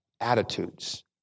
attitudes